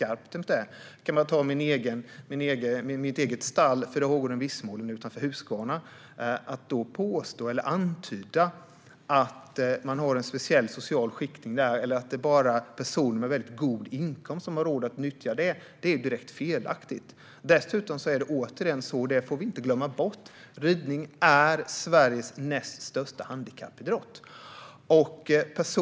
Att påstå eller antyda att det i mitt eget stall, 4H-gården Vissmålen utanför Huskvarna, är en speciell social skiktning eller att bara personer med mycket god inkomst har råd att nyttja det är direkt felaktigt. Dessutom är ridning Sveriges näst största handikappidrott, och det får vi inte glömma bort.